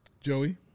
Joey